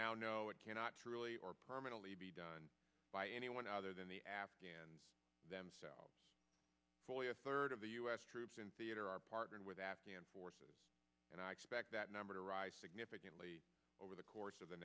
now know it cannot truly or permanently be done by anyone other than the afghans themselves fully a third of the u s troops in theater are partnering with afghan forces and i expect that number to rise significantly over the course of the